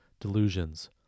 delusions